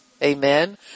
Amen